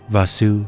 Vasu